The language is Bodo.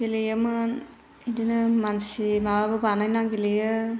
गेलेयोमोन बेदिनो मानसि माबाबा बानायना गेलेयो